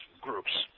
groups